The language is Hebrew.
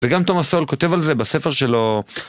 וגם תומס סול כותב על זה בספר שלו.